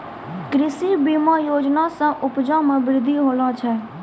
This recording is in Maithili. कृषि बीमा योजना से उपजा मे बृद्धि होलो छै